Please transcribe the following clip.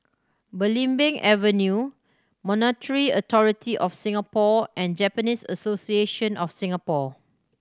Belimbing Avenue Monetary Authority Of Singapore and Japanese Association of Singapore